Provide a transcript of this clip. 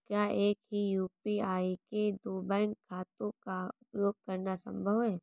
क्या एक ही यू.पी.आई से दो बैंक खातों का उपयोग करना संभव है?